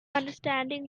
understanding